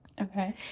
Okay